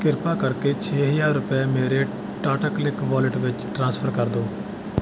ਕਿਰਪਾ ਕਰਕੇ ਛੇ ਹਜ਼ਾਰ ਰੁਪਏ ਮੇਰੇ ਟਾਟਾਕਲਿੱਕ ਵਾਲੇਟ ਵਿੱਚ ਟ੍ਰਾਂਸਫਰ ਕਰ ਦਿਓ